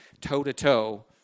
toe-to-toe